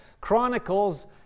chronicles